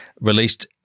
Released